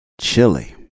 chili